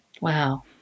Wow